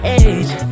age